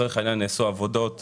לצורך העניין נעשו עבודות